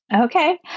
Okay